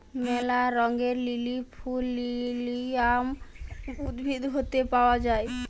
ম্যালা রঙের লিলি ফুল লিলিয়াম উদ্ভিদ হইত পাওয়া যায়